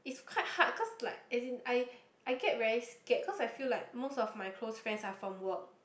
quite hard cause like as in I I get very scared cause I feel like most of my close friends are from work